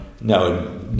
No